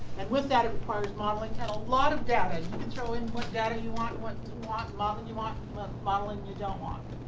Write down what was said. and with that ah modeling and a lot of damage. you can throw in what data you want, what modeling um um and you want, what modeling you don't want.